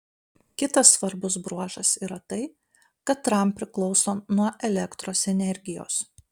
kitas svarbus bruožas yra tai kad ram priklauso nuo elektros energijos